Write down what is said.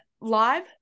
live